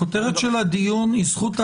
הכותרת של הדיון היא "זכות ההפגנה".